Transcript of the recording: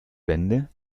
bände